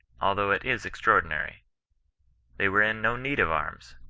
although it is extraordinary they were in no need of arms,